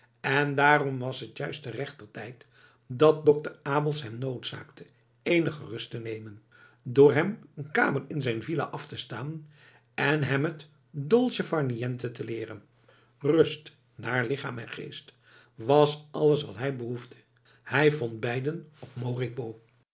en daarom was het juist te rechter tijd dat dokter abels hem noodzaakte eenige rust te nemen door hem een kamer in zijn villa af te staan en hem het dolce far niente te leeren rust naar lichaam en geest was alles wat hij behoefde hij vond beide op